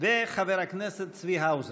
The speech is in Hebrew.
וחבר הכנסת צבי האוזר.